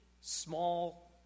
small